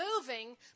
moving